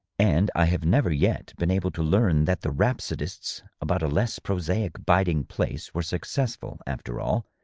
and i have never yet been able to learn that the rhapsodists about a less prosaic biding-place were successful, after all,